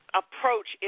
approach